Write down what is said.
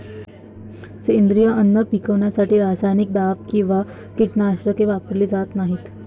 सेंद्रिय अन्न पिकवण्यासाठी रासायनिक दाब किंवा कीटकनाशके वापरली जात नाहीत